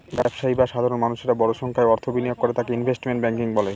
ব্যবসায়ী বা সাধারণ মানুষেরা বড় সংখ্যায় অর্থ বিনিয়োগ করে তাকে ইনভেস্টমেন্ট ব্যাঙ্কিং বলে